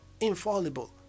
infallible